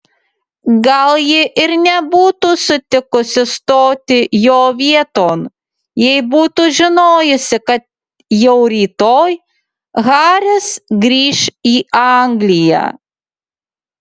gal ji ir nebūtų sutikusi stoti jo vieton jei būtų žinojusi kad jau rytoj haris grįš į angliją